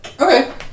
Okay